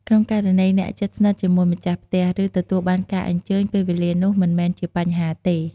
ក្នុងករណី អ្នកជិតស្និតជាមួយម្ចាស់ផ្ទះ ឬ ទទួលបានការអញ្ជើញ ពេលវេលានោះមិនមែនជាបញ្ហាទេ។